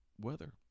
weather